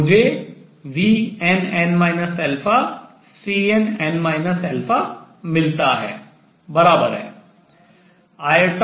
मुझे vnn Cnn मिलता है